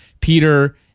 Peter